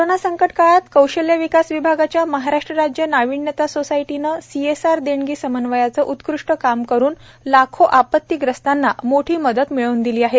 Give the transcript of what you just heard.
corona संकटकाळात कौशल्य विकास विभागाच्या महाराष्ट्र राज्य नाविन्यता सोसायटीने सीएसआर देणगी समन्वयाचे उत्कृष्ट काम करुन लाखो आपत्तीग्रस्तांना मोठी मदत मिळवून दिली आहे